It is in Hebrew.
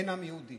אין עם יהודי.